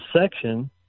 section